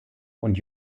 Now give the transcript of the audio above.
und